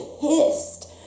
pissed